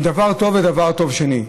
מדבר טוב לדבר טוב שני.